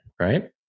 right